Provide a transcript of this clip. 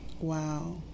Wow